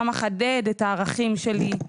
שם אחדד את הערכים שלי,